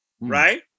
right